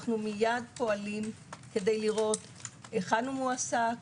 מייד פועלים כדי לראות היכן מועסק,